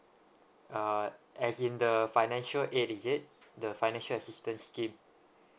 uh as in the financial aid is it the financial assistance scheme